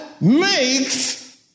makes